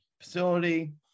facility